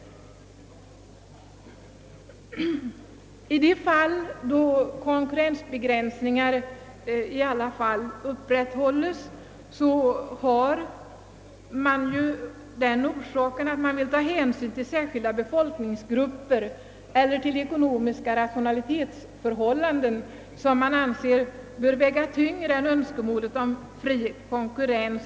I de fall då konkurrensbegränsningar ändock bibehålls torde orsaken vara hänsynstaganden till särskilda befolkningsgrupper eller till ekonomiska << rationalitetsförhållanden, vilka ansetts böra väga tyngre än Önskemålet om helt fri konkurrens.